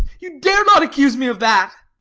you dare not accuse me of that!